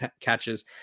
catches